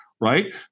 right